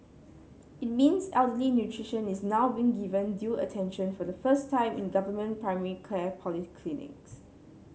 it means elderly nutrition is now being given due attention for the first time in government primary care polyclinics